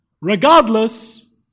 regardless